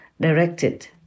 directed